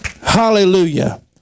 Hallelujah